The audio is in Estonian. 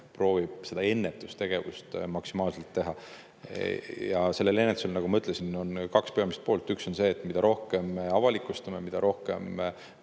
proovib seda ennetustegevust maksimaalselt teha. Ja sellel ennetusel, nagu ma ütlesin, on kaks peamist [fookust]. Üks on see, et mida rohkem me avalikustame, mida rohkem